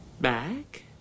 Back